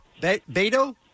Beto